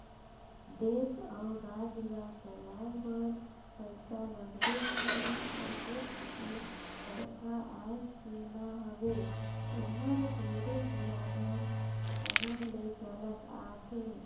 देस अउ राज ल चलाए बर पइसा लगबे करही अउ टेक्स के परथा आयज के न हवे एहर ढेरे पुराना समे ले चलत आथे